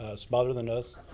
smaller than us.